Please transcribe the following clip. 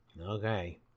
Okay